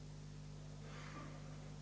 Hvala